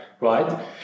Right